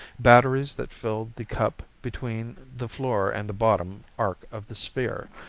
batteries that filled the cup between the floor and the bottom arc of the sphere,